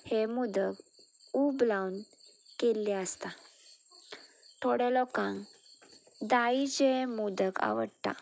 हे मोदक ऊब लावन केल्ले आसता थोड्या लोकांक दाळीचे मोदक आवडटा